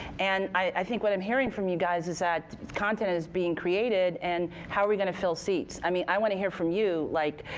and i think what i'm hearing from you guys is that content is being created, and how are we going to fill seats. i mean, i want to hear from you, like,